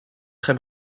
très